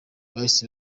bahise